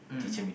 mm